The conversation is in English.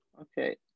Okay